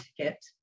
ticket